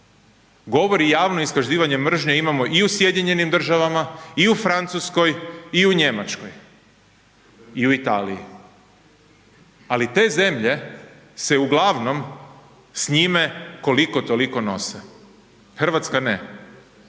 govor i javno iskazivanje mržnje imamo i u SAD-u i u Francuskoj i u Njemačkoj i u Italiji, ali te zemlje se uglavnom s njime koliko toliko nose, RH ne. Statistika